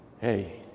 hey